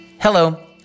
Hello